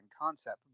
concept